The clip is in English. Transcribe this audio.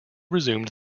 resumed